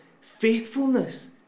faithfulness